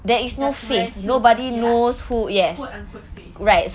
macam pressure ya lah quote unquote face